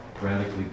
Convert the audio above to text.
radically